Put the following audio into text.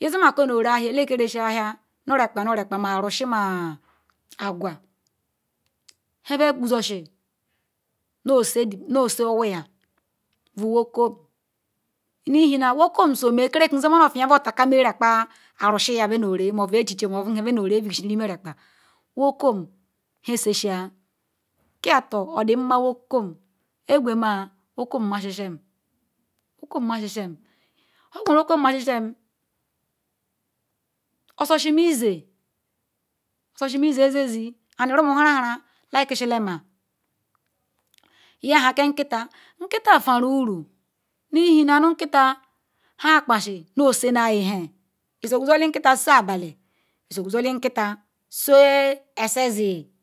isimako nu ore-ahia eleke resiahia nu rukpa nu rukpa ma-Arusie ma Aqwa nheve quzosi noseowuyam bu wokom ihena wokom zume ekerekun zimana aveya ba atakama rakpa Arusiyam venu-ore muve ecluche muve nhe ven viesi nu ime rukpa. wokom bu nhe shisia kiator odinma woko ogwuma wokom masisim. wokom masisim. nhe krur wokom nmasisham ososimeizie ososimisie ziezi and rumu-harahara nlikisima nyaha ke nkita. nkita veruru nu ihena nu nkita hakpasi nozonayi nhe isoqwesolee Nkita siabali isoqwesolee Nkita esiziyi.